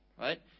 Right